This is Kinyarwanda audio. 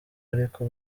ariko